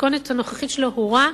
במתכונת הנוכחית שלו הוא רע,